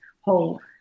whole